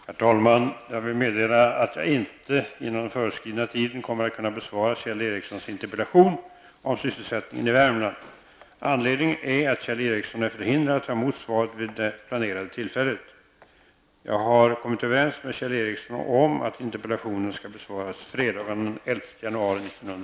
Herr talman! Jag vill meddela att jag inte inom den föreskrivna tiden kommer att kunna besvara Kjell Värmland. Anledningen till detta är att Kjell Ericsson är förhindrad att ta emot svaret vid det planerade tillfället. Jag har kommit överens med